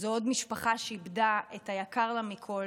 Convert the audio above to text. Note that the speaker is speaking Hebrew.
זו עוד משפחה שאיבדה את היקר לה מכול,